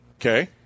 Okay